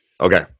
Okay